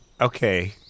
Okay